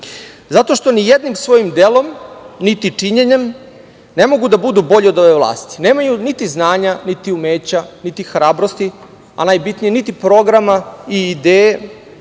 Zato što ni jednim svojim delom, niti činjenjem ne mogu da budu bolji od ove vlasti. Nemaju niti znanja, niti umeća, niti hrabrosti, a najbitnije niti programa i ideje